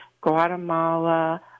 Guatemala